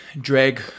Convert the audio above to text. drag